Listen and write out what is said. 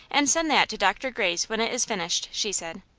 and send that to dr. gray's when it is finished, she said.